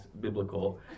biblical